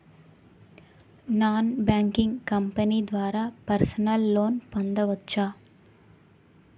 Non banking company ద్వారా personal loan పొందవచ్చా?